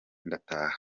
ndataha